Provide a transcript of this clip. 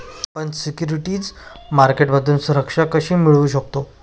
आपण सिक्युरिटीज मार्केटमधून सुरक्षा कशी मिळवू शकता?